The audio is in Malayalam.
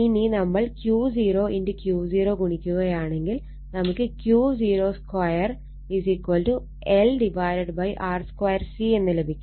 ഇനി നമ്മൾ Q0 Q0 ഗുണിക്കുകയാണെങ്കിൽ നമുക്ക് Q0 2LR 2 C എന്ന് ലഭിക്കും